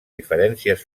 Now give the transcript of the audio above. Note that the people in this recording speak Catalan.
diferències